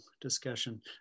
discussion